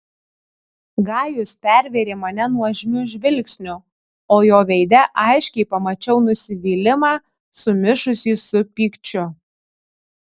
gajus pervėrė mane nuožmiu žvilgsniu o jo veide aiškiai pamačiau nusivylimą sumišusį su pykčiu